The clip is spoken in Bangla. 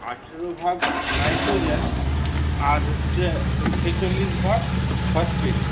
আঠেরো ভাগ নাইট্রোজেন আর হচ্ছে ছেচল্লিশ ভাগ ফসফেট